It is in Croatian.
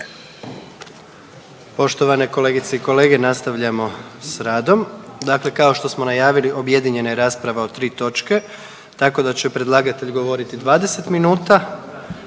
Poštovane kolegice i kolege, nastavljamo s radom. Dakle, kao što smo najavili, objedinjena je rasprava o tri točke, tako da će predlagatelj govoriti 20 minuta,